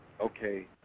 okay